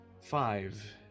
five